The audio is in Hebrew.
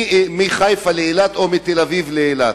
מחיפה לאילת או מתל-אביב לאילת.